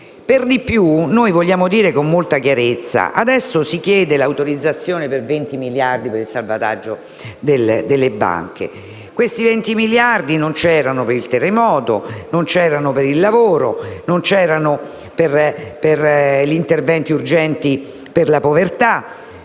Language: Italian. Per di più noi vogliamo dire con molta chiarezza che adesso si chiede l'autorizzazione per 20 miliardi per il salvataggio delle banche, ma queste somme non c'erano per il terremoto, per il lavoro, per gli interventi urgenti per la povertà.